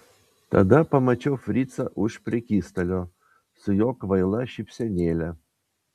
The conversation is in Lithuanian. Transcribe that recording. tada pamačiau fricą už prekystalio su jo kvaila šypsenėle